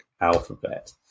alphabet